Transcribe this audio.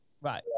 right